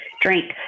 drink